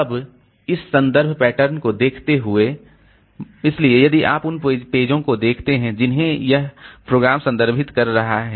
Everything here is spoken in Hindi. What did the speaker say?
अब इस संदर्भ पैटर्न को देखते हुए इसलिए यदि आप उन पेजों को देखते हैं जिन्हें यह प्रोग्राम संदर्भित कर रहा है